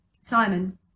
Simon